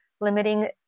limiting